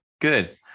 good